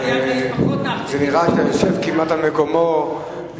הוקם מוסד ליד, אבל